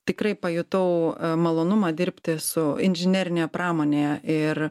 tikrai pajutau malonumą dirbti su inžinerinėje pramonėje ir